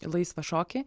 laisvą šokį